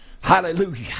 hallelujah